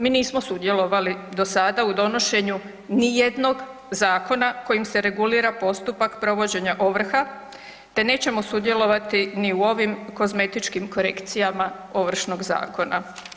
Mi nismo sudjelovali do sada u donošenju nijednog zakona kojim se regulira postupak provođenja ovrha, te nećemo sudjelovati ni u ovim kozmetičkim korekcijama Ovršnog zakona.